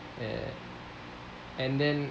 ya and then